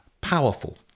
powerful